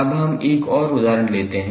अब हम एक और उदाहरण लेते हैं